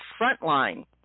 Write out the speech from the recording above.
Frontline